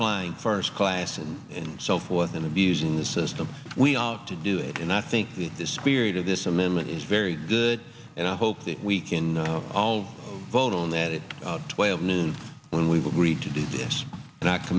flying first class and and so forth and abusing the system we ought to do it and i think the spirit of this amendment is very good and i hope that we can all vote on that it's twelve noon when we've agreed to do this and